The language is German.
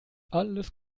alles